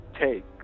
take